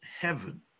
heaven